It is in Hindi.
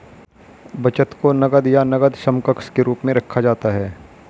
बचत को नकद या नकद समकक्ष के रूप में रखा जाता है